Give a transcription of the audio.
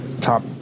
top